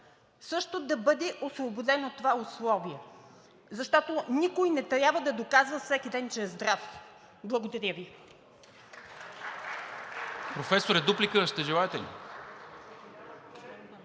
също да бъде освободен от това условие, защото никой не трябва да доказва всеки ден, че е здрав. Благодаря Ви.